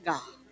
God